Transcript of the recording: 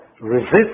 resist